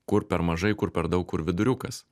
kur per mažai kur per daug kur viduriukas